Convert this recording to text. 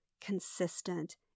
consistent